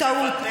הוא טעות.